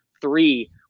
three